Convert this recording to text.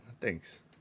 Thanks